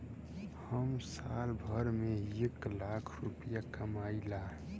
हम साल भर में एक लाख रूपया कमाई ला